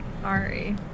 sorry